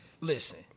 Listen